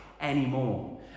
anymore